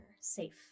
safe